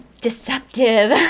deceptive